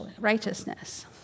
righteousness